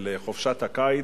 ולחופשת הקיץ,